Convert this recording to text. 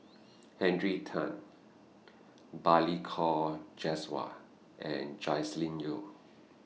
Henry Tan Balli Kaur Jaswal and Joscelin Yeo